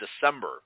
December